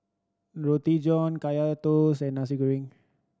Roti John Kaya Toast and Nasi Goreng